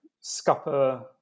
scupper